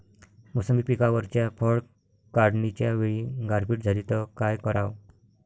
मोसंबी पिकावरच्या फळं काढनीच्या वेळी गारपीट झाली त काय कराव?